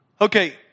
Okay